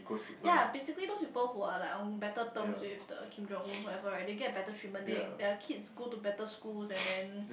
ya basically those people who are like on better terms with the Kim Jong Un whoever right they get better treatment they their kids go to better schools and then